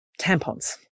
tampons